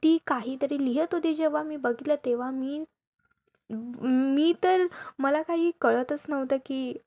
ती काहीतरी लिहित होती जेव्हा मी बघितलं तेव्हा मी मी तर मला काही कळतंच नव्हतं की